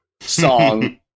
song